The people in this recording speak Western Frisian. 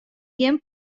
gjin